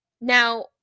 Now